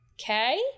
Okay